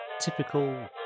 typical